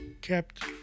kept